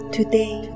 Today